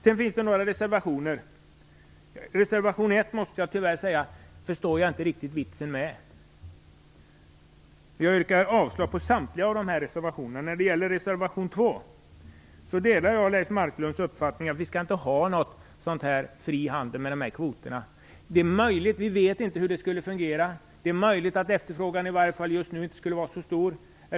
Det finns också några reservationer till betänkandet. Reservation 1 förstår jag inte riktigt vitsen med. Jag yrkar avslag på samtliga reservationer. Vad gäller reservation 2 delar jag Leif Marklunds uppfattning att vi inte skall ha någon fri handel med de här kvoterna. Vi vet inte hur det skulle fungera. Det är möjligt att efterfrågan i varje fall just nu inte skulle vara så stor.